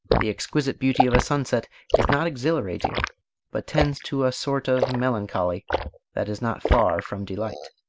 the exquisite beauty of a sunset is not exhilarating but tends to a sort of melancholy that is not far from delight